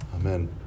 Amen